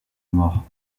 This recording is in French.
mort